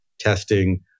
Testing